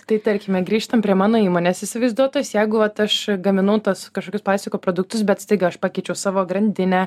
tai tarkime grįžtam prie mano įmonės įsivaizduotos jeigu vat aš gaminau tuos kažkokius plastiko produktus bet staiga aš pakeičiau savo grandinę